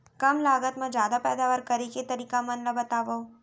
कम लागत मा जादा पैदावार करे के तरीका मन ला बतावव?